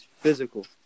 physical